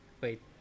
Wait